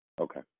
okay